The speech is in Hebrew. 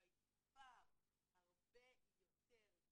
הרבה יותר גדולים,